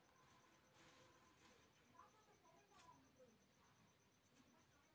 ಸೊಪ್ಪಿನ ಪಲ್ಯ ಹಾಕಿದರ ಎಷ್ಟು ದಿನಕ್ಕ ಒಂದ್ಸರಿ ನೀರು ಬಿಡಬೇಕು?